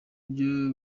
byo